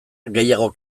gehiago